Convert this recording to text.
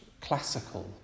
classical